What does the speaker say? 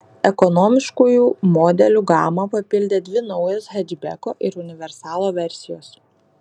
ekonomiškųjų modelių gamą papildė dvi naujos hečbeko ir universalo versijos